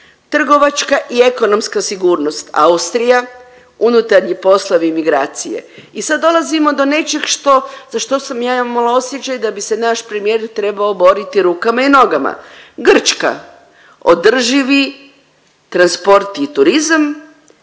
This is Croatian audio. trgovačka i ekonomska sigurnost, Austrija unutarnji poslovi i migracije. I sad dolazimo do nečeg što za što sam ja imala osjećaj da bi se naš premijer trebao boriti rukama i nogama, Grčka održivi transport i turizam,